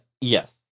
yes